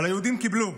אבל היהודים קיבלו,